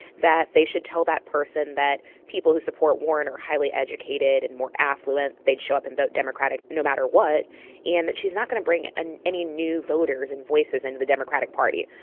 that they should tell that person that people who support warren are highly educated and more affluent they'd show up and vote democratic no matter what and that she's not going to bring any new voters and voices into the democratic party.